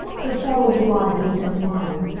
her startled blue eyes looked into mine.